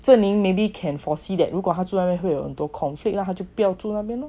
zheng ming maybe can foresee that 如果他住在那边会有很多 conflict lah 他就不要住那边 lor